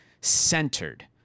centered